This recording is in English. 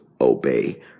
obey